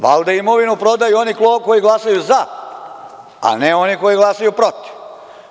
Valjda imovinu prodaju oni koji glasaju za, a ne oni koji glasaju protiv.